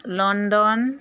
London